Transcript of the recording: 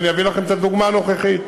ואני אביא לכם את הדוגמה הנוכחית.